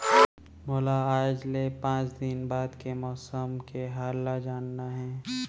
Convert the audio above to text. मोला आज ले पाँच दिन बाद के मौसम के हाल ल जानना हे?